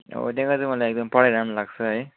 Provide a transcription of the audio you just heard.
अब त्यहाँको चाहिँ मलाई एकदम पढाइ राम्रो लाग्छ है